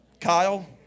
Kyle